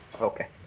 okay